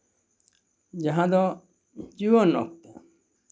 ᱡᱟᱦᱟᱸ ᱫᱚ ᱡᱩᱣᱟᱹᱱ ᱚᱠᱛᱚ